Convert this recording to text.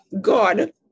God